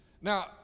Now